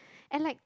and like